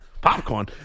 Popcorn